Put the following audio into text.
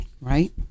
Right